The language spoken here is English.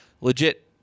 legit